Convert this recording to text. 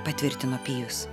patvirtino pijus